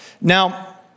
Now